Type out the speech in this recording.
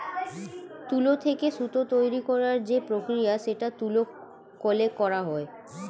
তুলো থেকে সুতো তৈরী করার যে প্রক্রিয়া সেটা তুলো কলে করা হয়